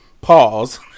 pause